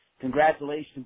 Congratulations